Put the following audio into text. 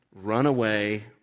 runaway